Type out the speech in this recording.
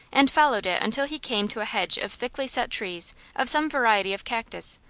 and followed it until he came to a hedge of thickly set trees of some variety of cactus,